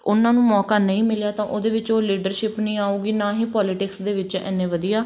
ਉਹਨਾਂ ਨੂੰ ਮੌਕਾ ਨਹੀਂ ਮਿਲਿਆ ਤਾਂ ਉਹਦੇ ਵਿੱਚ ਉਹ ਲੀਡਰਸ਼ਿਪ ਨਹੀਂ ਆਊਗੀ ਨਾ ਹੀ ਪੋਲੀਟਿਕਸ ਦੇ ਵਿੱਚ ਇੰਨੇ ਵਧੀਆ